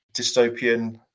dystopian